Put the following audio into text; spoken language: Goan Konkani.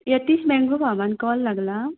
यतीस मँगो फामान कॉल लागला